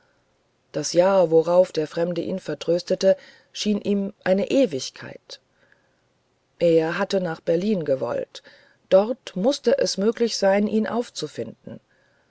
das jahr worauf der fremde ihn vertröstete schien ihm eine ewigkeit er hatte nach berlin gewollt dort mußte es möglich sein ihn aufzufinden